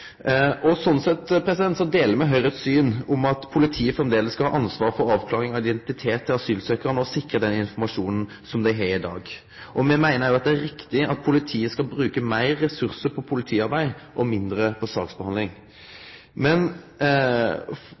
vidare. Sånn sett deler me Høgres syn om at politiet framleis skal ha ansvaret for avklaring av identiteten til asylsøkjarar og sikre den informasjonen som dei har i dag. Me meiner at det er riktig at politiet skal bruke meir ressursar på politiarbeid og mindre på saksbehandling. Men